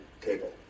table